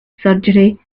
surgery